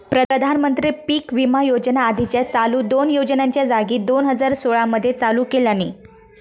प्रधानमंत्री पीक विमा योजना आधीच्या चालू दोन योजनांच्या जागी दोन हजार सोळा मध्ये चालू केल्यानी